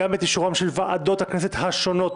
גם את אישורם של ועדות הכנסת השונות,